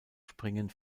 springen